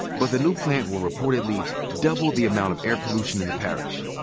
but the new plant will reportedly double the amount of air pollution in the parish.